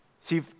See